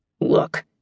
Look